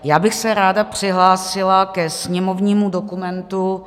Já bych se ráda přihlásila ke sněmovnímu dokumentu 6963.